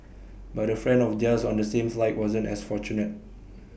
but A friend of theirs on the same flight wasn't as fortunate